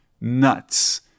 nuts